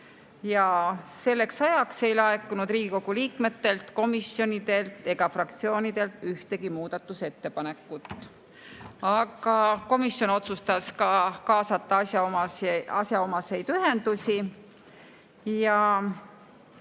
Selleks ajaks ei laekunud Riigikogu liikmetelt, komisjonidelt ega fraktsioonidelt ühtegi muudatusettepanekut. Aga komisjon otsustas ka kaasata asjaomaseid ühendusi ja